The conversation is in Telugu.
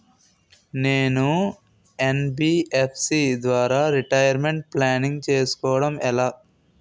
నేను యన్.బి.ఎఫ్.సి ద్వారా రిటైర్మెంట్ ప్లానింగ్ చేసుకోవడం ఎలా?